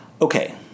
Okay